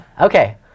Okay